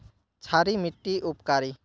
क्षारी मिट्टी उपकारी?